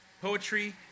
poetry